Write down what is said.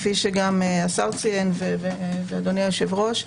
כפי שציין גם השר ואדוני היושב-ראש,